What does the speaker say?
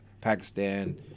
Pakistan